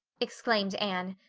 exclaimed anne.